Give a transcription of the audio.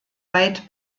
weit